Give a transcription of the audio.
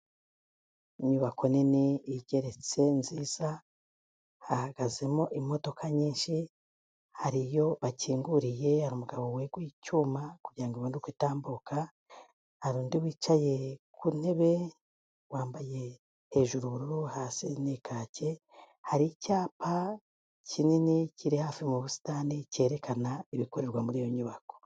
Inyubako nini igeretse nziza, hahagazemo imodoka nyinshi, hariyo bakinguriye, hari umugabo weguye icyuma kugira ngo ibone uko itambuka, hari undi wicaye ku ntebe wambaye hejuru ubururu, hasi ni kake, hari icyapa kinini kiri hafi mu busitani cyerekana ibikorerwa muri iyo nyubako.